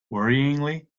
worryingly